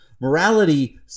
Morality